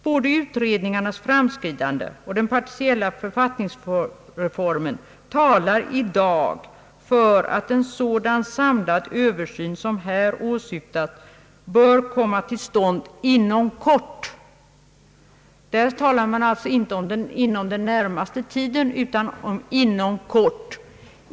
Både utredningarnas framskridande och den partiella författningsreformen talar i dag för att en sådan samlad översyn som här åsyftas bör komma till stånd inom kort.» Där talar man alltså inte om »inom den närmaste tiden» utan om »inom kort».